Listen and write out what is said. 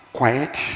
quiet